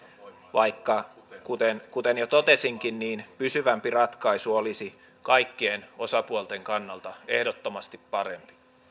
vaikka kuten kuten jo totesinkin pysyvämpi ratkaisu olisi kaikkien osapuolten kannalta ehdottomasti parempi